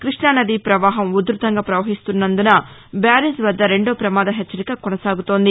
కృష్ణా నది ప్రవాహం ఉధృతంగా పవహిస్తున్నందున బ్యారేజ్ వద్ద రెండో ప్రమాద హెచ్చరిక కొనసాగుతోంది